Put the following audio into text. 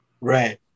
right